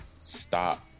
stop